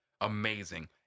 Amazing